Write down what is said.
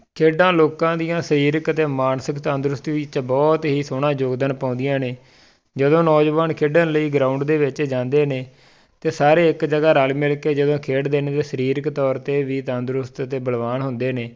ਖੇਡਾਂ ਲੋਕਾਂ ਦੀਆਂ ਸਰੀਰਕ ਅਤੇ ਮਾਨਸਿਕ ਤੰਦਰੁਸਤੀ ਵਿੱਚ ਬਹੁਤ ਹੀ ਸੋਹਣਾ ਯੋਗਦਾਨ ਪਾਉਂਦੀਆਂ ਨੇ ਜਦੋਂ ਨੌਜਵਾਨ ਖੇਡਣ ਲਈ ਗਰਾਊਂਡ ਦੇ ਵਿੱਚ ਜਾਂਦੇ ਨੇ ਅਤੇ ਸਾਰੇ ਇੱਕ ਜਗ੍ਹਾ ਰਲ ਮਿਲ ਕੇ ਜਦੋਂ ਖੇਡਦੇ ਨੇ ਅਤੇ ਸਰੀਰਕ ਤੌਰ 'ਤੇ ਵੀ ਤੰਦਰੁਸਤ ਅਤੇ ਬਲਵਾਨ ਹੁੰਦੇ ਨੇ